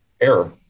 error